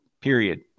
Period